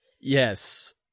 Yes